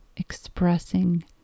Expressing